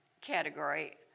category